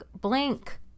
blank